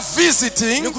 visiting